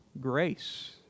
grace